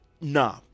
nah